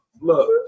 look